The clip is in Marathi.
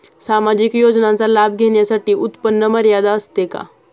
सामाजिक योजनांचा लाभ घेण्यासाठी उत्पन्न मर्यादा असते का?